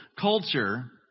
culture